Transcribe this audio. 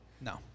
No